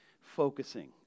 focusing